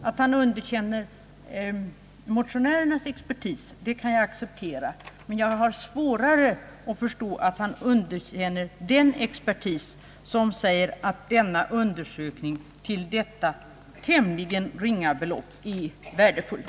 Att statsrådet underkänner motionärernas expertis kan jag acceptera, men jag har svårare att förstå att han underkänner den expertis som säger att denna experimentverksamhet för ett tämligen ringa belopp är värdefull.